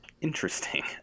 interesting